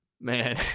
man